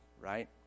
right